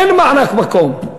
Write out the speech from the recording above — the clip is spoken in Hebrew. אין מענק מקום.